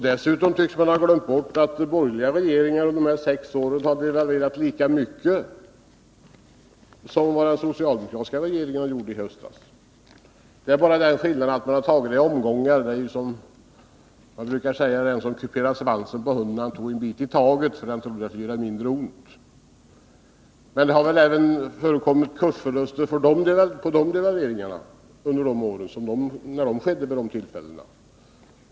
Dessutom tycks de ha glömt bort att borgerliga regeringar under dessa sex år devalverade lika mycket som den socialdemokratiska regeringen gjorde i höstas. Det är bara den skillnaden att de borgerliga regeringarna devalverade i omgångar. Det var så som man brukar säga om den som kuperade svansen på hunden och tog en bit i taget därför att han trodde att det skulle göra mindre ont. Det förekom väl kursförluster även till följd av devalveringarna som gjordes under de sex åren.